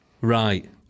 right